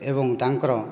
ଏବଂ ତାଙ୍କର